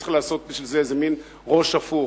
צריך בשביל זה לעשות איזה מין ראש הפוך.